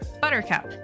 Buttercup